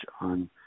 on